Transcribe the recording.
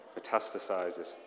metastasizes